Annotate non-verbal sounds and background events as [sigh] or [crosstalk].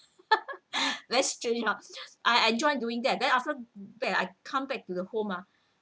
[laughs] less strain I I enjoy doing that then after that I come back to the home ah